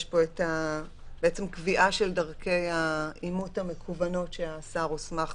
יש פה קביעה של דרכי האימות המקוונות שהשר הוסמך,